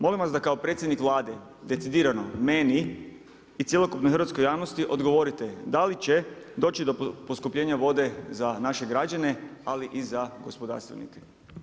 Molim vas da i kao predsjednik Vlade decidirano meni i cjelokupnoj hrvatskoj javnosti odgovorite d ali će doći do poskupljenja vode za naše građane, ali i za gospodarstvenike.